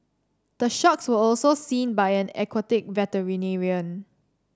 the sharks were also seen by an aquatic veterinarian